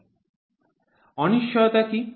slide time পড়ুন ৩০৫৭ অনিশ্চয়তা কী